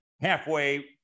halfway